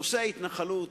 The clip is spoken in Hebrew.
נושא ההתנחלות,